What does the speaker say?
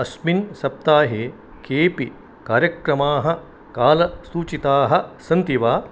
अस्मिन् सप्ताहे केपि कार्यक्रमाः कालसूचिताः सन्ति वा